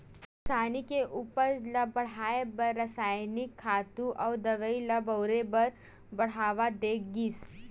किसानी के उपज ल बड़हाए बर रसायनिक खातू अउ दवई ल बउरे बर बड़हावा दे गिस